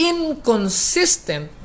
Inconsistent